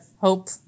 hope